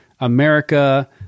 America